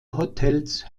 hotels